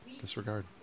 Disregard